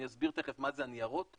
אני אסביר תיכף מה זה הניירות,